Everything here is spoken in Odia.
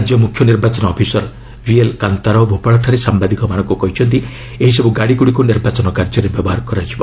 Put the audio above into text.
ରାଜ୍ୟ ମୁଖ୍ୟ ନିର୍ବାଚନ ଅଫିସର ଭିଏଲ୍ କାନ୍ତାରାଓ ଭୋପାଳଠାରେ ସାମ୍ବାଦିକମାନଙ୍କୁ କହିଛନ୍ତି ଏହିସବୁ ଗାଡ଼ିଗୁଡ଼ିକୁ ନିର୍ବାଚନ କାର୍ଯ୍ୟରେ ବ୍ୟବହାର କରାଯିବ